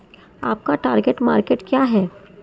आपका target market क्या है?